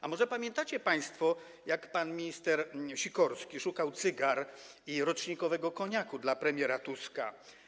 A może pamiętacie państwo, jak pan minister Sikorski szukał cygar i rocznikowego koniaku dla premiera Tuska?